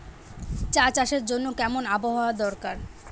চা চাষের জন্য কেমন আবহাওয়া দরকার?